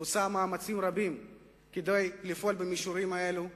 עושה מאמצים רבים כדי לפעול במישורים האלה.